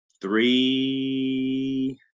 Three